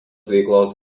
veiklos